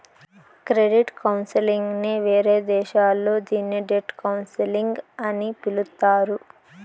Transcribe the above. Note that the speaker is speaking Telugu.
క్రెడిట్ కౌన్సిలింగ్ నే వేరే దేశాల్లో దీన్ని డెట్ కౌన్సిలింగ్ అని పిలుత్తారు